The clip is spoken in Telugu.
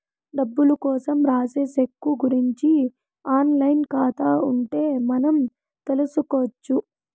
డబ్బులు కోసం రాసే సెక్కు గురుంచి ఆన్ లైన్ ఖాతా ఉంటే మనం తెల్సుకొచ్చు